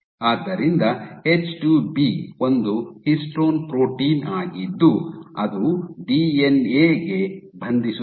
ಆದ್ದರಿಂದ ಎಚ್2ಬಿ ಒಂದು histone protein ಆಗಿದ್ದು ಅದು ಡಿಎನ್ಎ ಗೆ ಬಂಧಿಸುತ್ತದೆ